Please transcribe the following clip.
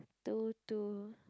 two two